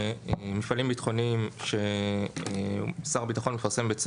מפעלים ביטחוניים ששר הביטחון לא מפרסם,